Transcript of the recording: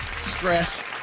stress